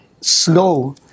slow